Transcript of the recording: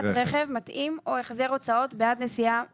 רכב מתאים או החזר הוצאות בעד נסיעה במונית,